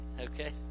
Okay